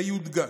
ויודגש: